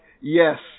yes